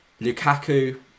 Lukaku